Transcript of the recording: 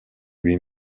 lui